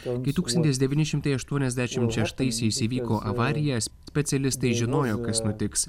kai tūkstantis devyni šimtai aštuoniasdešimt šeštaisiais įvyko avarija specialistai žinojo kas nutiks